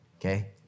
Okay